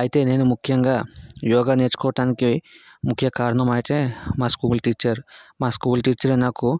అయితే నేను ముఖ్యంగా యోగ నేర్చుకోవటానికి ముఖ్య కారణం అయితే మా స్కూల్ టీచర్ మా స్కూల్ టీచరే నాకు